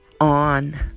on